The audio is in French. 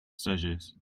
sagesse